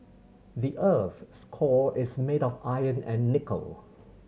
the earth's core is made of iron and nickel